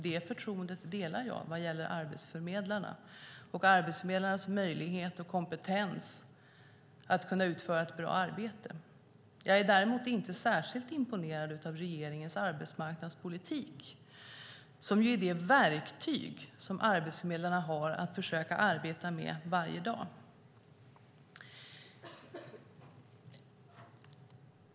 Det förtroendet delar jag, vad gäller arbetsförmedlarna och deras möjlighet och kompetens att kunna utföra ett bra arbete. Jag är däremot inte särskilt imponerad av regeringens arbetsmarknadspolitik som ju är det verktyg som arbetsförmedlarna har att försöka arbeta med varje dag.